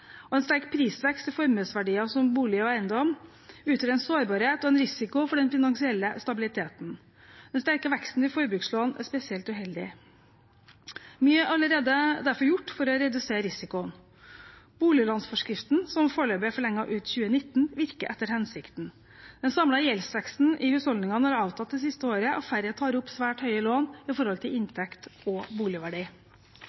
og en sterk prisvekst i formuesverdier som bolig og eiendom utgjør en sårbarhet og en risiko for den finansielle stabiliteten. Den sterke veksten i forbrukslån er spesielt uheldig. Mye er derfor allerede gjort for å redusere risikoen. Boliglånsforskriften, som foreløpig er forlenget ut 2019, virker etter hensikten. Den samlede gjeldsveksten i husholdningene har avtatt det siste året, og færre tar opp svært høye lån i forhold til